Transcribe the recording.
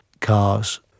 cars